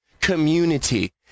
community